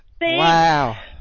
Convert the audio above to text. Wow